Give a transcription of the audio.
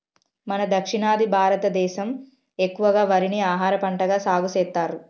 మన దక్షిణాది భారతదేసం ఎక్కువగా వరిని ఆహారపంటగా సాగుసెత్తారు